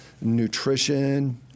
nutrition